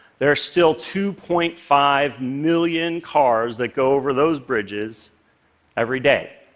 there are still two point five million cars that go over those bridges every day.